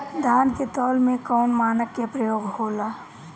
धान के तौल में कवन मानक के प्रयोग हो ला?